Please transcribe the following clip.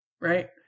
right